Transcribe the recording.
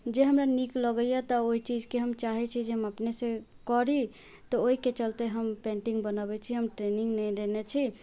जे हमरा नीक लगैया तऽ ओहि चीजके हम चाहैत छी जे हम अपने से करी तऽ ओहिके चलते हम पेंटिङ्ग बनबैत छी हम ट्रेनिङ्ग नहि लेने छी